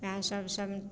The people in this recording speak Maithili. इएह सब सब